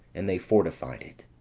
and they fortified it.